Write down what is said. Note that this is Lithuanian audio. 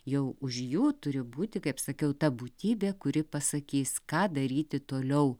jau už jų turi būti kaip sakiau ta būtybė kuri pasakys ką daryti toliau